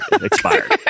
expired